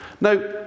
Now